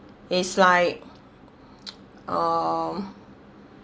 is like uh